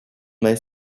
may